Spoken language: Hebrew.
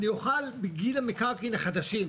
אני אוכל בגין המקרקעין החדשים,